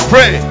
Pray